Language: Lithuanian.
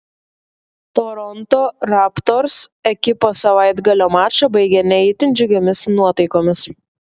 toronto raptors ekipa savaitgalio mačą baigė ne itin džiugiomis nuotaikomis